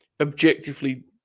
objectively